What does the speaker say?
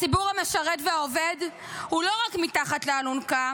הציבור המשרת והעובד הוא לא רק מתחת לאלונקה,